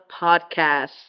podcast